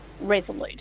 Resolute